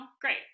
Great